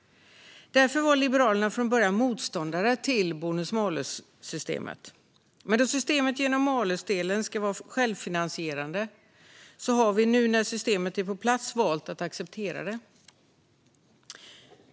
Därför var Liberalerna från början motståndare till bonus malus-systemet. Men då systemet genom malusdelen ska vara självfinansierande har vi, nu när systemet är på plats, valt att acceptera det.